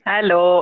Hello